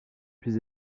plus